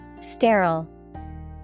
Sterile